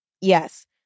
Yes